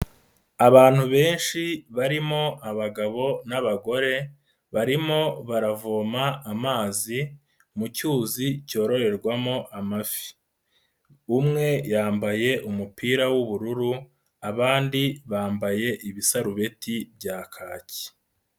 Abantu benshi barimo abagabo n'abagore, barimo baravoma amazi mu cyuzi cyororerwamo amafi. Umwe yambaye umupira w'ubururu, abandi bambaye ibisarubeti bya kaki.